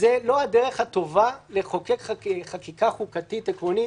זו לא הדרך הטובה לחוקק חקיקה חוקתית עקרונית.